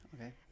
okay